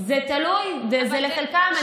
זה תלוי, וזה לחלקם.